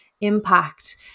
impact